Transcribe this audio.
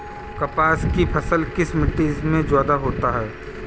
कपास की फसल किस मिट्टी में ज्यादा होता है?